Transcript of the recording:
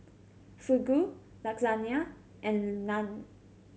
Fugu Lasagna and Naan